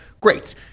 great